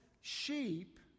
sheep